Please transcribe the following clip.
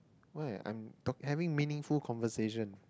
why I'm talk~ having meaningful conversation